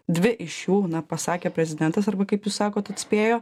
dvi iš šių na pasakė prezidentas arba kaip jūs sakot atspėjo